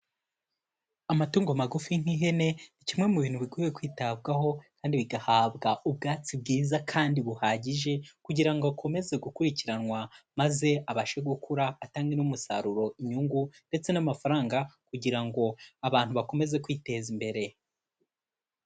Amatungo magufi nk'ihene ni kimwe mu bintu bikwiye kwitabwaho kandi bigahabwa ubwatsi bwiza kandi buhagije kugira ngo akomeze gukurikiranwa maze abashe gukura atange n'umusaruro, inyungu, ndetse n'amafaranga kugira ngo abantu bakomeze kwiteza imbere.